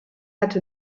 hatte